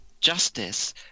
justice